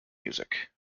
music